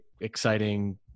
exciting